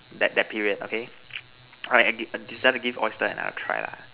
that that period okay alright I decided to give oyster another try lah